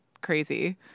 crazy